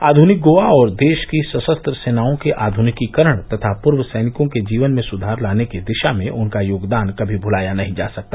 आधुनिक गोवा और देश की सशस्त्र सेनाओं के आध्रनिकीकरण तथा पूर्व सैनिकों के जीवन में सुधार लाने की दिशा में उनका योगदान कभी भुलाया नहीं जा सकता